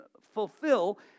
Fulfill